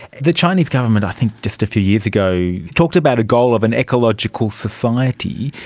the chinese government i think just a few years ago talked about a goal of an ecological society.